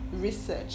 research